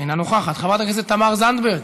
אינה נוכחת, חברת הכנסת תמר זנדברג,